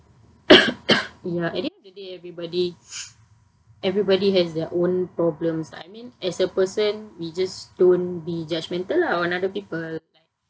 ya at the end of the day everybody everybody has their own problems I mean as a person we just don't be judgmental lah on other people